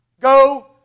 go